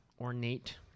ornate